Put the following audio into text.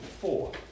four